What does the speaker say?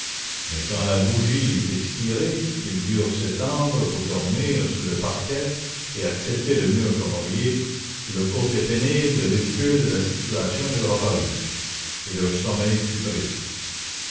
mais quand la bougie eût expiré qu'ils durent s'étendre pour dormir sur le parquet et accepter le mur comme oreiller le côté pénible et ridicule de la situation leur apparut et leur sommeil fut triste